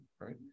right